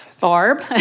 Barb